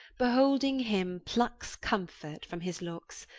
beholding him, plucks comfort from his lookes.